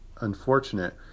unfortunate